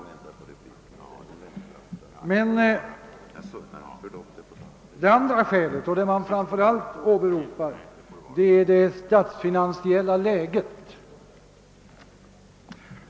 Ett annat skäl — och det som man framför allt åberopat — är det statsfinansiella läget.